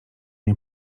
nie